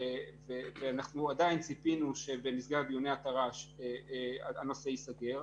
ואנחנו עדיין ציפינו שבמסגרת דיוני התר"ש הנושא ייסגר.